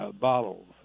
bottles